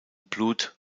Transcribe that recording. blut